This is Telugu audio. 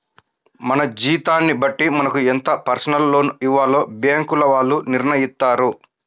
మన జీతాన్ని బట్టి మనకు ఎంత పర్సనల్ లోన్ ఇవ్వాలో బ్యేంకుల వాళ్ళు నిర్ణయిత్తారు